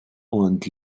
und